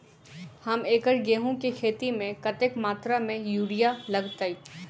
एक एकड़ गेंहूँ केँ खेती मे कतेक मात्रा मे यूरिया लागतै?